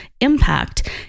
impact